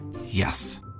Yes